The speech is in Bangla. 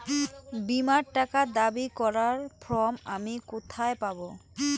বীমার টাকা দাবি করার ফর্ম আমি কোথায় পাব?